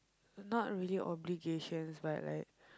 not really obligations but like